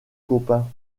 copain